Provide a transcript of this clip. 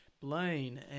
Blaine